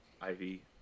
Ivy